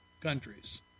countries